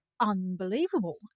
unbelievable